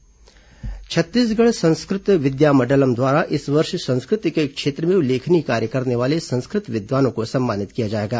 संस्कृत विद्यामंडलम् सम्मान छत्तीसगढ़ संस्कृत विद्यामंडलम् द्वारा इस वर्ष संस्कृत के क्षेत्र में उल्लेखनीय कार्य करने वाले संस्कृत विद्वानों को सम्मानित किया जाएगा